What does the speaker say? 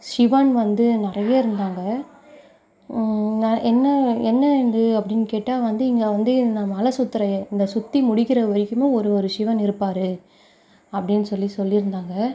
சிவன் வந்து நிறைய இருந்தாங்க நான் என்ன என்ன இது அப்படின்னு கேட்டால் வந்து இங்கே வந்து இந்த மலை சுற்றுற இந்த சுற்றி முடிக்கிற வரைக்கும் ஒரு ஒரு சிவன் இருப்பார் அப்படின்னு சொல்லி சொல்லியிருந்தாங்க